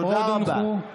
תודה רבה.